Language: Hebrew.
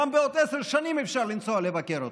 גם בעוד עשר שנים אפשר לנסוע לבקר אותו.